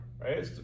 right